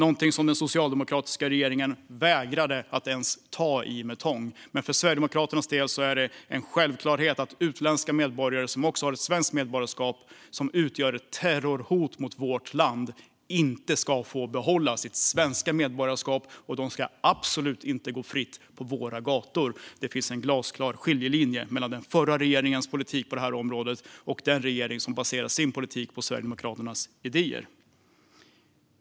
Detta är något som den socialdemokratiska regeringen vägrade att ens ta i med tång. Men för Sverigedemokraternas del är det en självklarhet att utländska medborgare som också har ett svenskt medborgarskap och som utgör ett terrorhot mot vårt land inte ska få behålla sitt svenska medborgarskap. Och de ska absolut inte gå fritt på våra gator. Det finns en glasklar skiljelinje mellan den förra regeringens politik på detta område och den här regeringens politik, som baseras på Sverigedemokraternas idéer.